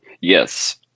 Yes